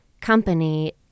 company